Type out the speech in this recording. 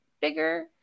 bigger